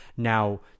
now